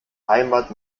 heimat